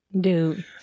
Dude